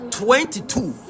twenty-two